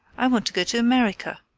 i want to go to america.